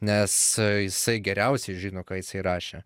nes jisai geriausiai žino ką jisai rašė